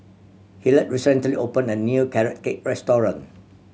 Hillard recently opened a new Carrot Cake restaurant